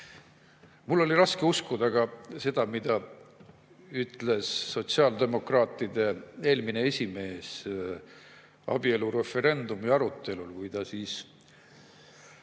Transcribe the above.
Mul oli raske uskuda seda, mida ütles sotsiaaldemokraatide eelmine esimees abielureferendumi arutelul, kui ta –